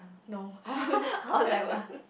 no